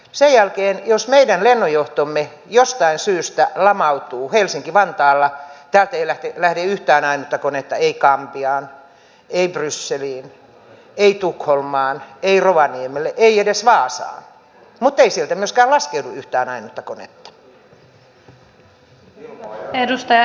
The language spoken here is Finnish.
sen jälkeen jos meidän lennonjohtomme jostain syystä lamautuu helsinki vantaalla täältä ei lähde yhtään ainutta konetta ei gambiaan ei brysseliin ei tukholmaan ei rovaniemelle ei edes vaasaan mutta ei sieltä myöskään laskeudu yhtään ainutta konetta